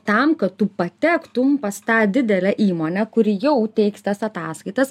tam kad tu patektum pas tą didelę įmonę kuri jau teiks tas ataskaitas